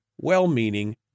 well-meaning